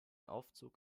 aufzug